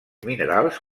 minerals